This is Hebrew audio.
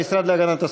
זה משנה?